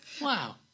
Wow